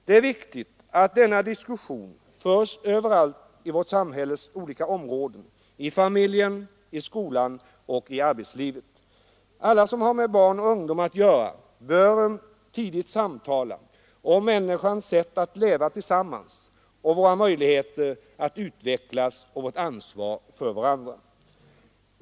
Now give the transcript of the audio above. Det är viktigt att denna diskussion förs överallt på vårt samhälles olika områden — i familjen, skolan och i arbetslivet. Alla som har med barn och ungdom att göra bör tidigt samtala om människors sätt att leva tillsammans, om våra möjligheter att utvecklas och om vårt ansvar för varandra.